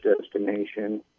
destination